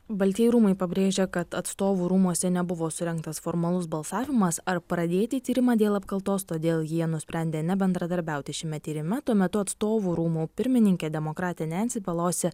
baltieji rūmai pabrėžia kad atstovų rūmuose nebuvo surengtas formalus balsavimas ar pradėti tyrimą dėl apkaltos todėl jie nusprendė nebendradarbiauti šiame tyrime tuo metu atstovų rūmų pirmininkė demokratė nensi pelosi